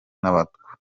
n’abatwa